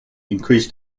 increased